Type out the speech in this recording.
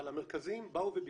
אבל המרכזים באו וביקשו,